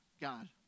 God